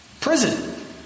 Prison